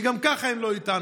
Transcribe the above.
שגם ככה הם לא איתנו,